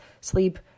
sleep